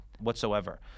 whatsoever